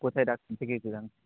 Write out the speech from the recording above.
কোথায় ডাক্তার দেখিয়েছিলেন